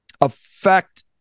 affect